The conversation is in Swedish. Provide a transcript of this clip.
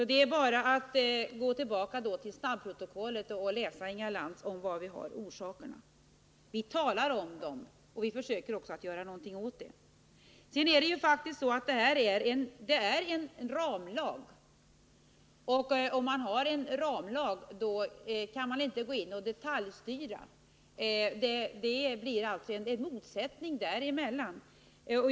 Det är bara att senare gå tillbaka + till snabbprotokollet, Inga Lantz, och läsa om var vi har orsakerna. Vi talar om dem, och vi försöker också att göra någonting åt dem. Socialtjänstlagen är en ramlag, och när man har en ramlag kan man inte gå in och detaljstyra — det skulle bli en motsättning.